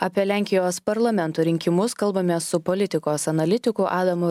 apie lenkijos parlamento rinkimus kalbamės su politikos analitiku adamu